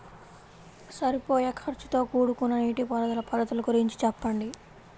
సరిపోయే ఖర్చుతో కూడుకున్న నీటిపారుదల పద్ధతుల గురించి చెప్పండి?